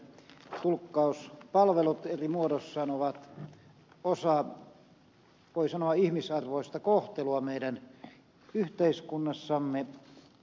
tulkkauspalvelut eri muodoissaan ovat osa voi sanoa ihmisarvoista kohtelua meidän yhteiskunnassamme